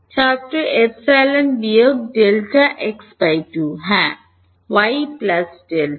ছাত্র এপসিলন বিয়োগ delta x by 2 হ্যাঁ ছাত্র y প্লাস ডেল্টা